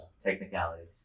Technicalities